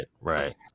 right